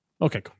okay